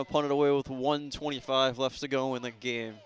no pointed away with one twenty five left to go in the game